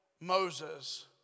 Moses